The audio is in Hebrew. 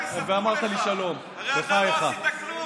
אנחנו יצאו למכרז הסיבים.